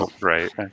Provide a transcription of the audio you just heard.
Right